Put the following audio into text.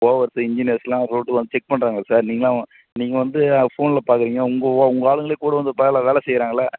ஓவர்ஸ்ஸு இன்ஜினியர்ஸெலாம் ரோட்டுக்கு வந்து செக் பண்ணுறாங்க சார் நீங்களாம் நீங்கள் வந்து ஃபோனில் பார்க்குறீங்க உங்கள் உங்கள் ஆளுங்களே கூட வந்து வேலை வேலை செய்றாங்கள்லை